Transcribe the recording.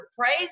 praise